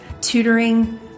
tutoring